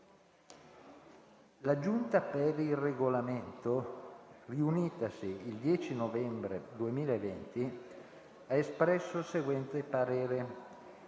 La Giunta per il Regolamento, riunitasi il 10 novembre 2020, ha espresso il seguente parere: